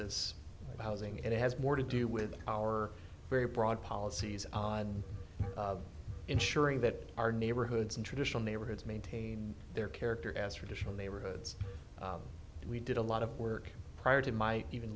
this housing it has more to do with our very broad policies of ensuring that our neighborhoods and traditional neighborhoods maintain their character as traditional neighborhoods and we did a lot of work prior to my even